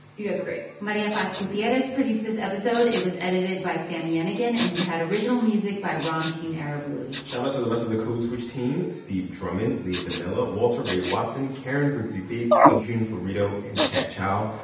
you guys were great maria paz gutierrez produced this episode. it was edited by sami yenigun. and we had original music by ramtin arablouei shout out to the rest of the code switch team steve drummond, leah donnella, walter ray watson, karen grigsby bates, adrian florido and kat chow.